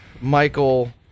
Michael